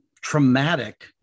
traumatic